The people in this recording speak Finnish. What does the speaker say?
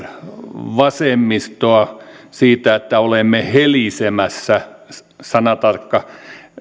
vihervasemmistoa siitä että olemme helisemässä sanatarkka